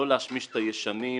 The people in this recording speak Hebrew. לא להשמיש את הישנים,